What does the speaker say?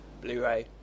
Blu-ray